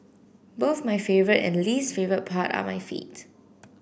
both my favourite and least favourite part are my feet